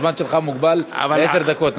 הזמן שלך מוגבל, אבל, לעשר דקות.